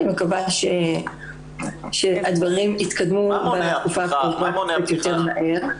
אני מקווה שהדברים יתקדמו בתקופה הקרובה קצת יותר מהר.